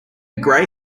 gray